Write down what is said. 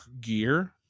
gear